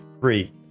three